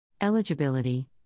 Eligibility